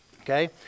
Okay